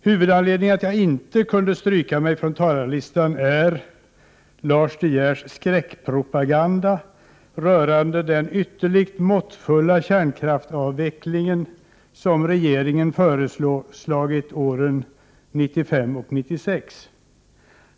Huvudanledningen till att jag inte kunde stryka mig från talarlistan är Lars De Geers skräckpropaganda rörande den ytterligt måttfulla kärnkraftsavveckling som regeringen föreslagit år 1995/96.